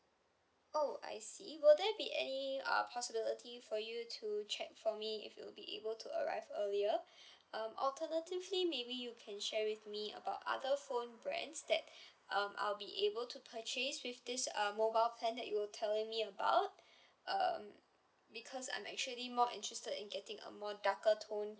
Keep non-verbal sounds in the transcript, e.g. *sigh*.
oh I see will there be any uh possibility for you to check for me if it would be able to arrive earlier *breath* um alternatively maybe you can share with me about other phone brands that *breath* um I'll be able to purchase with this uh mobile plan that you were telling me about *breath* um because I'm actually more interested in getting a more darker tone